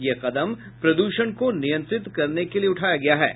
यह कदम प्रदूषण को नियंत्रित करने के लिए उठाया गया हे